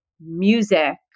music